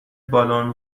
بالن